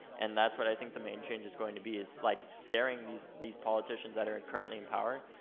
and that's what i think the main change is going to be is like scaring these these politicians that are currently in power,